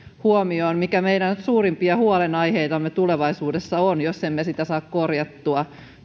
huomioon siitä mikä meidän suurimpia huolenaiheitamme tulevaisuudessa on jos emme sitä saa korjattua